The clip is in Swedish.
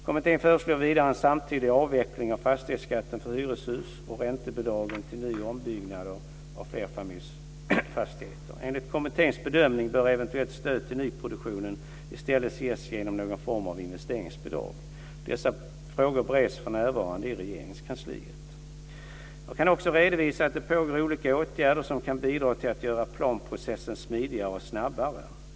Kommittén föreslår vidare en samtidig avveckling av fastighetsskatten för hyreshus och räntebidragen till ny och ombyggnad av flerfamiljsfastigheter. Enligt kommitténs bedömning bör eventuella stöd till nyproduktion i stället ges genom någon form av investeringsbidrag. Dessa frågor bereds för närvarande i Regeringskansliet. Jag kan också redovisa att det pågår olika åtgärder som kan bidra till att göra planprocessen smidigare och snabbare.